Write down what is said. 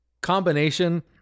combination